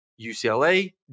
UCLA